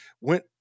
went